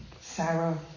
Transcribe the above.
Sarah